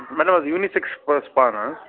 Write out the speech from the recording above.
madam అది unisex స్పానా